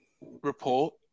report